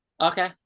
Okay